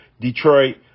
detroit